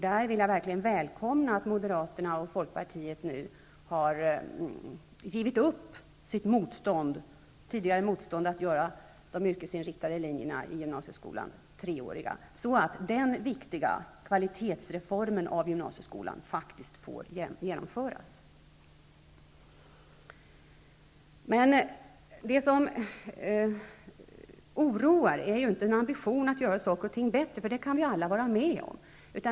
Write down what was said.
Jag vill verkligen välkomna att moderaterna och folkpartiet nu har givit upp sitt tidigare motstånd mot att göra de yrkesinriktade linjerna i gymnasieskolan treåriga, så att den viktiga kvalitetsreformen av gymnasieskolan faktiskt får genomföras. Det som oroar är inte ambitionen att göra saker och ting bättre -- det kan vi alla vara med om.